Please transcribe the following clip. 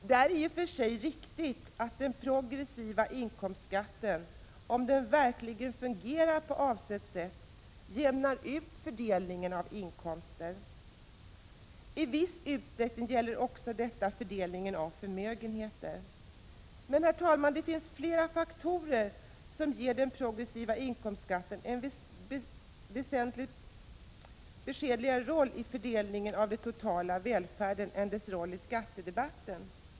Det är i och för sig riktigt att den progressiva inkomstskatten — om den verkligen fungerar på avsett sätt — jämnar ut fördelningen av inkomster. I viss utsträckning gäller det också fördelningen av förmögenheter. Men det finns flera faktorer som ger den progressiva inkomstskatten en väsentligt beskedli gare roll i fördelningen av den totala välfärden än dess roll i skattedebatten. Herr talman!